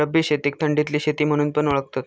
रब्बी शेतीक थंडीतली शेती म्हणून पण ओळखतत